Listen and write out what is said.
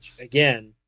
Again